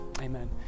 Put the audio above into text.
amen